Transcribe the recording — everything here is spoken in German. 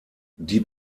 die